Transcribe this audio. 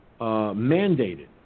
mandated